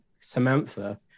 Samantha